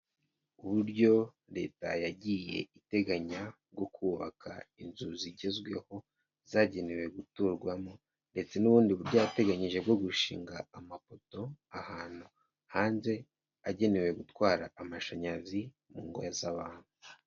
Uburyo leta yagiye iteganya bwo kubaka inzu zigezweho zagenewe guturwamo ndetse n'ubundi buryo hateganyijwe bwo gushinga amapoto ahantu hanze, agenewe gutwara amashanyarazi mu ngo z'abantu.